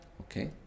Okay